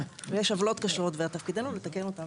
כן, ויש בעיות קשות ותפקידנו לתקן אותן